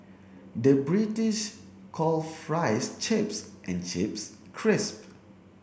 the British call fries chips and chips crisps